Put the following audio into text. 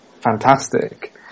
fantastic